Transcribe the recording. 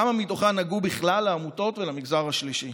כמה מתוכן נגעו בכלל לעמותות ולמגזר השלישי?